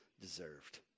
deserved